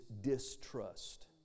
distrust